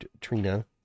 trina